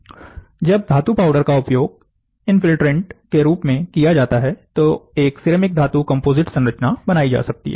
जब धातु पाउडर का उपयोग इंफिल्ट्रेन्ट के रूप में किया जाता है तो एक सिरेमिक धातु कंपोजिट संरचना बनाई जा सकती है